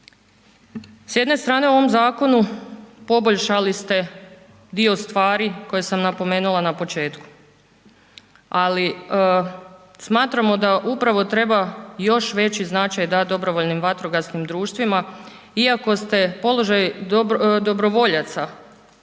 S jedne strane, ovom zakonu poboljšali ste dio stvari koje sam napomenula na početku, ali smatramo da upravo treba još veći značaj dati dobrovoljnim vatrogasnim društvima iako ste položaj dobrovoljaca